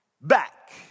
back